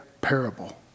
parable